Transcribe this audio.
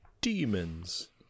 Demons